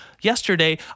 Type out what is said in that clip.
yesterday